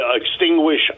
extinguish